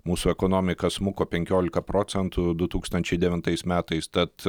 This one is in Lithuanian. mūsų ekonomika smuko penkioliką procentų du tūkstančiai devintais metais tad